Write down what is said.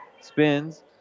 Spins